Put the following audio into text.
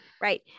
right